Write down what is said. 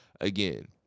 again